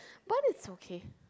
but is okay